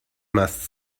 must